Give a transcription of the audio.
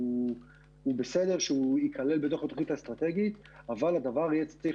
בסדר שהוא ייכלל בתוכנית האסטרטגית אבל הדבר יצטרך